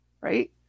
right